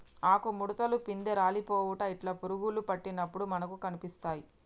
ఆకు ముడుతలు, పిందె రాలిపోవుట ఇట్లా పురుగులు పట్టినప్పుడు మనకు కనిపిస్తాయ్